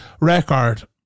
record